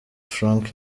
frank